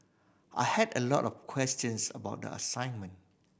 I had a lot of questions about the assignment